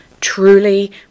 truly